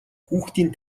хүүхдийн